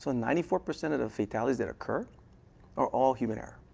and ninety four percent of the fatalities that occur are all human error.